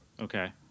Okay